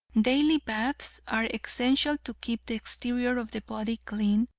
daily baths are essential to keep the exterior of the body clean,